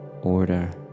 order